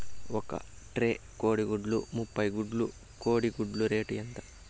ఒక ట్రే కోడిగుడ్లు ముప్పై గుడ్లు కోడి గుడ్ల రేటు ఎంత?